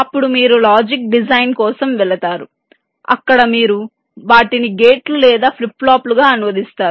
అప్పుడు మీరు logic design కోసం వెళతారు అక్కడ మీరు వాటిని గేట్లు లేదా ఫ్లిప్ ఫ్లాప్లుగా అనువదిస్తారు